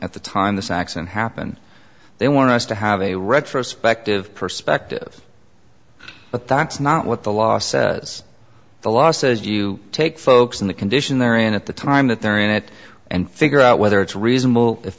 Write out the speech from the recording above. at the time this accident happened they want us to have a retrospective perspective but that's not what the law says the law says you take folks in the condition they're in at the time that they're in it and figure out whether it's reasonable if